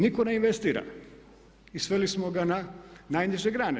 Nitko ne investira i sveli smo ga na najniže grane.